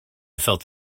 felt